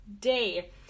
Day